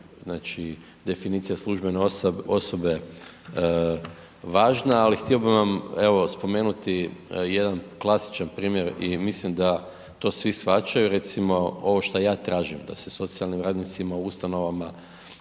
ova definicija službene osobe važna, ali htio bih vam, evo spomenuti jedan klasičan primjer i mislim da to svi shvaćaju. Recimo, ovo što ja tražim da se socijalnim radnicima u ustanovama,